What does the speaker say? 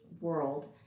world